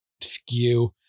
skew